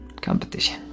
competition